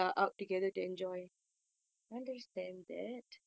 ya !hais!